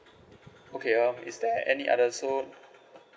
okay um is there any other so